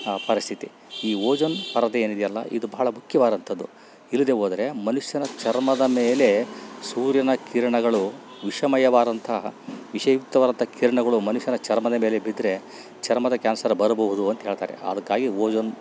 ಆ ಪರಿಸ್ಥಿತಿ ಈ ಓಜೋನ್ ಪರದೆ ಏನಿದೆಯಲ್ಲ ಇದು ಬಹಳ ಮುಖ್ಯವಾದಂಥದ್ದು ಇದಿಲ್ದೇ ಹೋದರೆ ಮನುಷ್ಯನ ಚರ್ಮದ ಮೇಲೆ ಸೂರ್ಯನ ಕಿರಣಗಳು ವಿಷಮಯವಾದಂತಹ ವಿಷಯುಕ್ತವಾದಂಥ ಕಿರಣಗಳು ಮನುಷ್ಯನ ಚರ್ಮದ ಮೇಲೆ ಬಿದ್ರೆ ಚರ್ಮದ ಕ್ಯಾನ್ಸರ್ ಬರಬಹುದು ಅಂಥೇಳ್ತಾರೆ ಅದಕ್ಕಾಗಿ ಓಜೋನ್